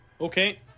Okay